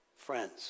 Friends